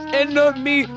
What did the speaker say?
enemy